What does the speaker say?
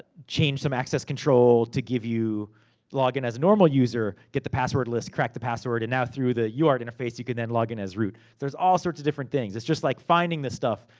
change some access control to give you login as a normal user. get the password list, correct the password. and now through the uart interface, you can then log in as root. there's all sorts of different things. it's just like finding the stuff.